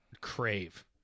Crave